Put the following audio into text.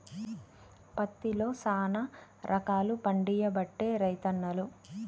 పత్తిలో శానా రకాలు పండియబట్టే రైతన్నలు